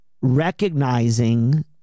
recognizing